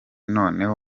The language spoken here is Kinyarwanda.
noneho